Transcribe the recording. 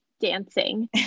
dancing